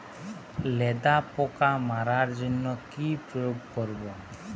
লেদা পোকা মারার জন্য কি প্রয়োগ করব?